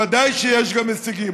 ודאי שיש גם הישגים,